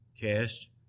cast